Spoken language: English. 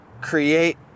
create